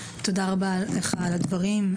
תודה רבה לך על הדברים,